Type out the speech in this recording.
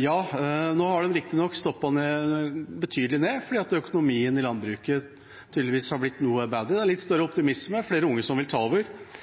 Ja – nå har riktignok nedgangen stoppet betydelig opp, fordi økonomien i landbruket tydeligvis har blitt noe bedre. Det er litt større optimisme, det er flere unge som vil ta over.